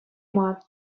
мар